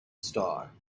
star